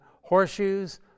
horseshoes